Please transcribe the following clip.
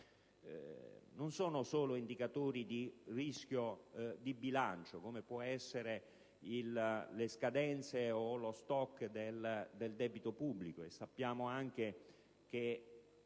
non sono solo indicatori di rischio di bilancio, come possono essere le scadenze o lo *stock* del debito pubblico. Sappiamo anche che